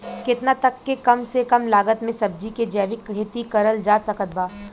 केतना तक के कम से कम लागत मे सब्जी के जैविक खेती करल जा सकत बा?